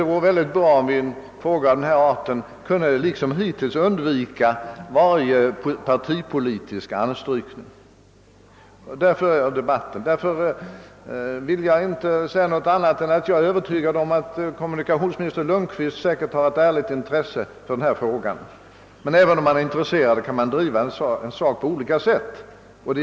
Det vore bra om vi i frågor av denna art kunde undvika varje partipolitisk anstrykning under debatterna. Därför vill jag inte säga annat än att jag är övertygad om att kommunikationsminister Lundkvist säkert har ett ärligt intresse för denna fråga. Men även om man är intresserad kan man driva en sak på olika sätt.